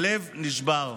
הלב נשבר.